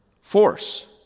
Force